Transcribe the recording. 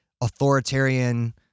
authoritarian